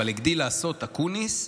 אבל הגדיל לעשות אקוניס,